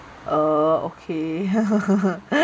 err okay